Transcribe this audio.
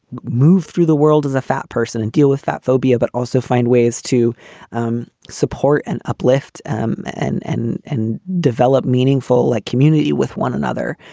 move through the world as a fat person and deal with that phobia, but also find ways to um support and uplift and and and develop meaningful like community with one another,